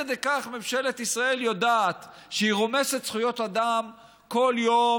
עד כדי כך ממשלת ישראל יודעת שהיא רומסת זכויות אדם כל יום,